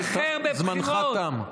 זמנך תם.